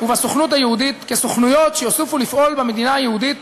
ובסוכנות היהודית כסוכנויות שיוסיפו לפעול במדינה היהודית